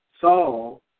Saul